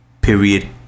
period